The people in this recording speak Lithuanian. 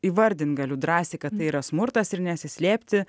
įvardint galiu drąsiai kad tai yra smurtas ir nesislėpti